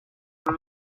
elle